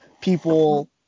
people